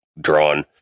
drawn